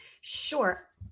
Sure